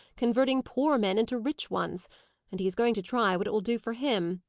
converting poor men into rich ones and he is going to try what it will do for him,